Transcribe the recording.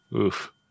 Oof